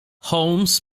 holmes